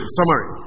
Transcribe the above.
Summary